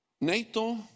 NATO